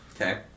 Okay